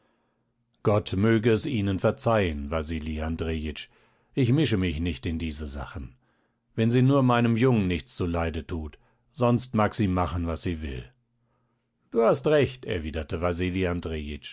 gott möge es ihnen verzeihen wasili andrejitsch ich mische mich nicht in diese sachen wenn sie nur meinem jungen nichts zuleide tut sonst mag sie machen was sie will da hast du recht